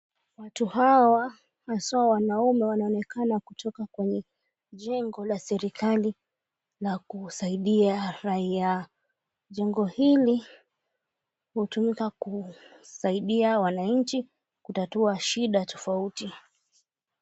Watu hawa, haswa wanaume wanaonekana kutoka kwenye jengo la serikali la kusaidia raia. Jengo hili hutumika kusaidia wananchi kutatua shida tofauti.